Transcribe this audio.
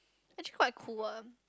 actually quite cool ah